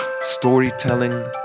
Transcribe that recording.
storytelling